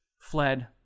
fled